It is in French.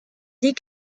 des